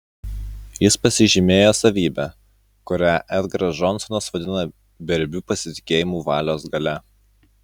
jis pasižymėjo savybe kurią edgaras džonsonas vadina beribiu pasitikėjimu valios galia